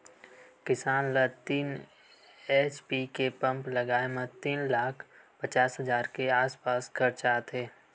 किसान ल तीन एच.पी के पंप लगाए म तीन लाख पचास हजार के आसपास खरचा आथे